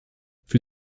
für